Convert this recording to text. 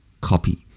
copy